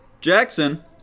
Jackson